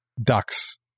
ducks